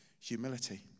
humility